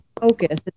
focus